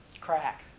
crack